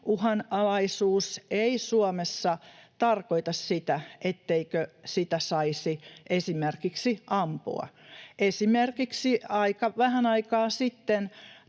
uhanalaisuus ei Suomessa tarkoita sitä, etteikö sitä saisi esimerkiksi ampua. Esimerkiksi aika vähän aikaa sitten